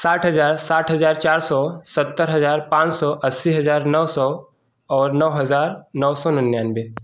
साठ हज़ार साठ हज़ार चार सौ सत्तर हज़ार पाँच सौ अस्सी हज़ार नौ सौ और नौ हज़ार नौ सौ निन्यानवे